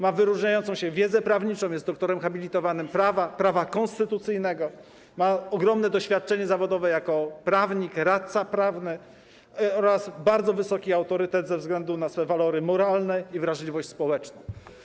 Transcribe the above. Ma wyróżniającą się wiedzę prawniczą, jest doktorem habilitowanym prawa, prawa konstytucyjnego, ma ogromne doświadczenie zawodowe jako prawnik, radca prawny oraz bardzo wysoki autorytet ze względu na swe walory moralne i wrażliwość społeczną.